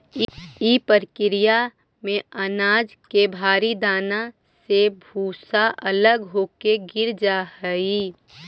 इ प्रक्रिया में अनाज के भारी दाना से भूसा अलग होके दूर गिर जा हई